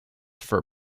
for